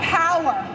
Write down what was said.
power